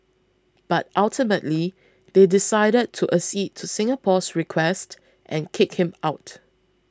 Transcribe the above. but ultimately they decided to accede to Singapore's request and kick him out